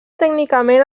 tècnicament